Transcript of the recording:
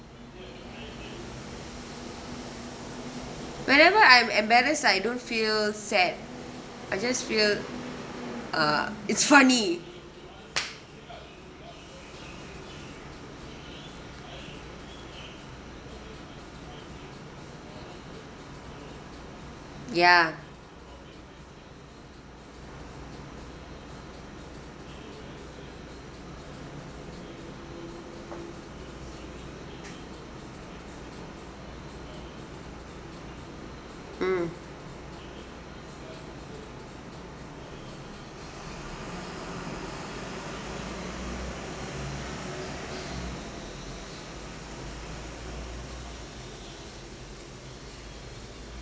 whenever I'm embarrassed I don't feel sad I just feel uh it's funny ya mm